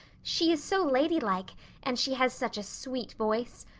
she is so ladylike and she has such a sweet voice.